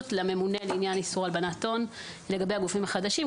לממונה על עניין איסור הלבנת הון לגבי הגופים החדשים.